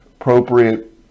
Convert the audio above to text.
appropriate